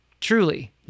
truly